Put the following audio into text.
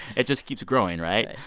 it just keeps growing, right?